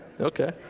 Okay